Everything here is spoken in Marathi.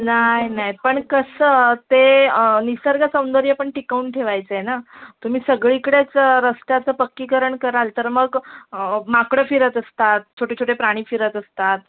नाही नाही पण कसं ते निसर्ग सौंदर्य पण टिकवून ठेवायचं आहे ना तुम्ही सगळीकडेच रस्त्याचं पक्कीकरण कराल तर मग माकडं फिरत असतात छोटे छोटे प्राणी फिरत असतात